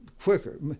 quicker